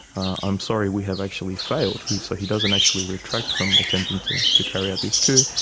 i'm sorry we have actually failed he so he doesn't actually retract from attempting to to carry out this coup.